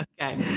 Okay